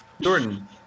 Jordan